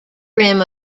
rim